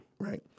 right